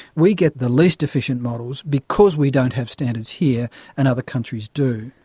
we get the least efficient models because we don't have standards here and other countries do.